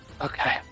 Okay